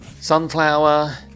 sunflower